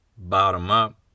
Bottom-up